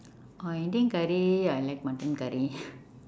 oh indian curry I like mutton curry